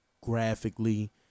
graphically